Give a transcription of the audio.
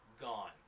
gone